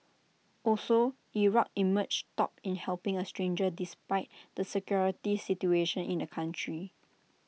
also Iraq emerged top in helping A stranger despite the security situation in the country